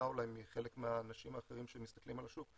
מחלק מהאנשים האחרים שמסתכלים על השוק.